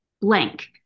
blank